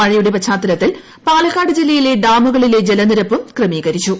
മഴയുടെ പശ്ചാത്തലത്തിൽ പാലക്കാട് ജില്ലയിലെ ഡാമുകളിലെ ജലനിരപ്പും ക്രമീകരിച്ചു